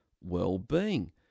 well-being